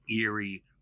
eerie